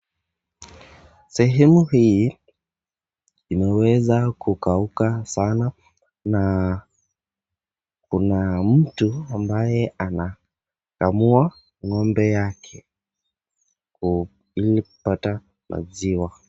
Sehemu hii imeweza kukauka sana na kuna mtu ambaye anakamua ng'ombe yake ili kupata maziwa.